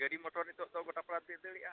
ᱜᱟᱹᱰᱤ ᱢᱚᱴᱚᱨ ᱱᱤᱛᱳᱜ ᱫᱚ ᱜᱚᱴᱟ ᱯᱟᱲᱟ ᱜᱮ ᱫᱟᱹᱲᱮᱜᱼᱟ